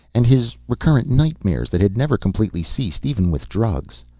and his recurrent nightmares that had never completely ceased, even with drugs.